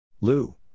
Lou